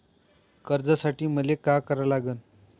कर्ज घ्यासाठी मले का करा लागन?